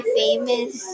famous